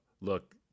look